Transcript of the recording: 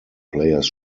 players